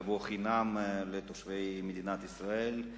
שתינתן חינם לתושבי מדינת ישראל.